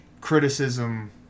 criticism